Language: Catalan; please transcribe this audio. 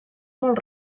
molt